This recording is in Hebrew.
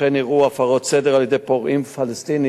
אכן אירעו הפרות סדר על-ידי פורעים פלסטינים